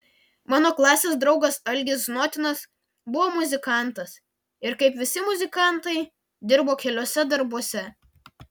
mano klasės draugas algis znotinas buvo muzikantas ir kaip visi muzikantai dirbo keliuose darbuose